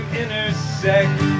intersect